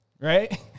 Right